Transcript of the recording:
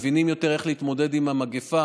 מבינים יותר איך להתמודד עם המגפה,